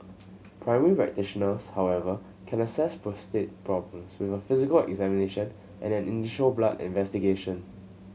primary practitioners however can assess prostate problems with a physical examination and an initial blood investigation